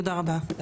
תודה רבה.